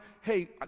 hey